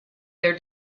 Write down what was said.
their